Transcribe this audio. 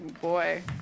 boy